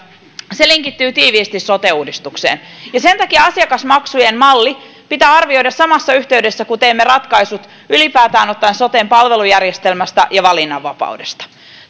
tämä linkittyy tiiviisti sote uudistukseen sen takia asiakasmaksujen malli pitää arvioida samassa yhteydessä kun teemme ratkaisut ylipäätään soten palvelujärjestelmästä ja valinnanvapaudesta